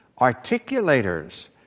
articulators